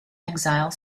exile